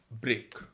break